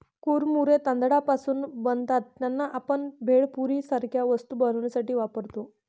कुरमुरे तांदळापासून बनतात त्यांना, आपण भेळपुरी सारख्या वस्तू बनवण्यासाठी वापरतो